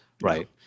right